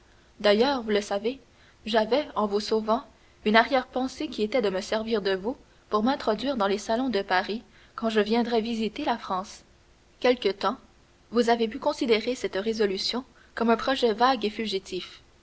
d'ailleurs vous le savez j'avais en vous sauvant une arrière-pensée qui était de me servir de vous pour m'introduire dans les salons de paris quand je viendrais visiter la france quelque temps vous avez pu considérer cette résolution comme un projet vague et fugitif